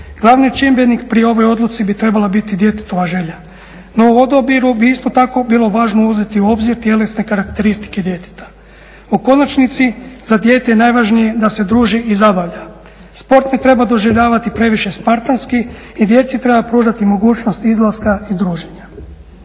Glavni čimbenik pri ovoj odluci bi trebala biti djetetova želja, no u odabiru bi isto tako bilo važno uzeti u obzir tjelesne karakteristike djeteta. U konačnici, za dijete je najvažnije da se druži i zabavlja. Sport ne treba doživljavati previše spartanski i djeci treba pružati mogućnost izlaska i druženja.